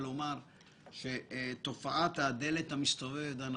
לשאול אותך במערכת היחסים וההערכה שיש לי אליך.